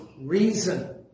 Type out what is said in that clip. Reason